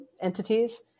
entities